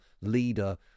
leader